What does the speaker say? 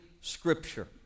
scripture